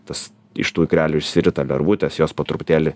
tas iš tų ikrelių išsirita lervutės jos po truputėlį